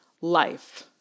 life